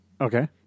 Okay